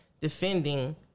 defending